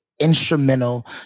instrumental